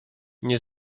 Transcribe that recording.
nie